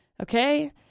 Okay